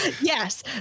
Yes